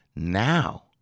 Now